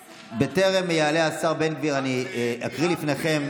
בטרם יעלה השר בן גביר אני אקריא משהו בפניכם,